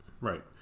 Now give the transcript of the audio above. Right